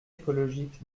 écologique